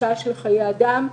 חשש לחיי אדם.